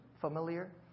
familiar